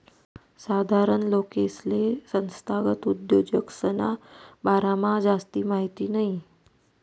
साधारण लोकेसले संस्थागत उद्योजकसना बारामा जास्ती माहिती नयी